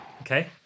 okay